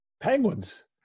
Penguins